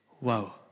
Wow